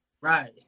Right